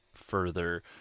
further